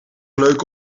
leuk